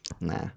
Nah